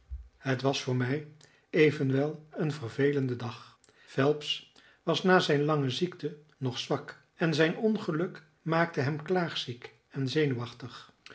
het was voor mij evenwel een vervelende dag phelps was na zijn lange ziekte nog zwak en zijn ongeluk maakte hem klaagziek en zenuwachtig